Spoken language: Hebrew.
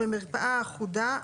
במרפאה אחודה,